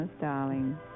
darling